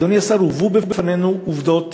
אדוני השר, הובאו בפנינו עובדות